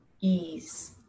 ease